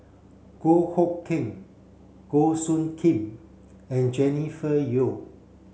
Goh Hood Keng Goh Soo Khim and Jennifer Yeo